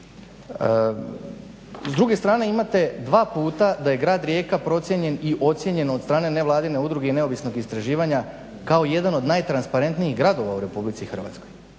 S druge strane imate dva puta da je grad Rijeka procijenjen i ocijenjen od strane nevladine udruge i neovisnog istraživanja kao jedan od najtransparentnijih gradova u Republici Hrvatskoj.